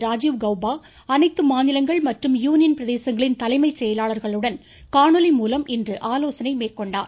ராஜீவ் கௌபா அனைத்து மாநிலங்கள் மற்றும் யூனியன் பிரதேசங்களின் தலைமைச் செயலாளர்களுடன் காணொலி மூலம் இன்று ஆலோசனை மேற்கொண்டுள்ளார்